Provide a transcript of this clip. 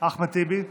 אחמד טיבי,